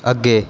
ਅੱਗੇ